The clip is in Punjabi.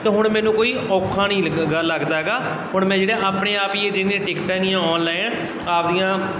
ਤਾਂ ਹੁਣ ਮੈਨੂੰ ਕੋਈ ਔਖਾ ਨਹੀਂ ਲੱਗਾ ਲੱਗਦਾ ਹੈਗਾ ਹੁਣ ਮੈਂ ਜਿਹੜੇ ਆਪਣੇ ਆਪ ਹੀ ਟਿਕਟਾਂ ਜਿਹੀਆਂ ਔਨਲਾਈਨ ਆਪਦੀਆਂ